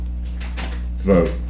vote